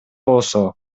болсо